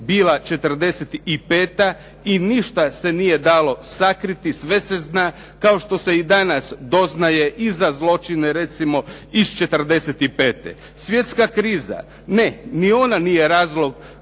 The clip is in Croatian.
bila '45. i ništa se nije dalo sakriti sve se zna, kao što se i danas doznaje i za zločine recimo iz '45.. Svjetska kriza? Ne ni ona nije razloga